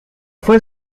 fue